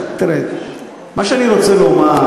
מה שאני רוצה לומר,